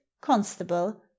constable